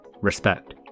respect